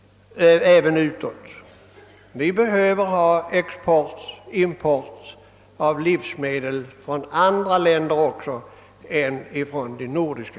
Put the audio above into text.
Vi behöver importera livsmedel även från andra länder än de nordiska.